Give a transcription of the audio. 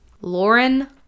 Lauren